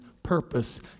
purpose